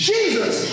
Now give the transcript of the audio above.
Jesus